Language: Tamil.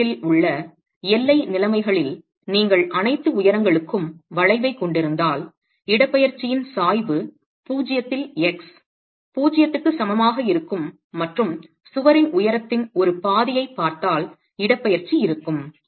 இந்த வழக்கில் உள்ள எல்லை நிலைமைகளில் நீங்கள் அனைத்து உயரங்களுக்கும் வளைவைக் கொண்டிருந்தால் இடப்பெயர்ச்சியின் சாய்வு 0 இல் x 0 க்கு சமமாக இருக்கும் மற்றும் சுவரின் உயரத்தின் ஒரு பாதியைப் பார்த்தால் இடப்பெயர்ச்சி இருக்கும்